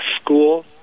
school